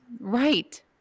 Right